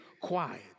quiet